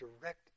direct